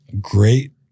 great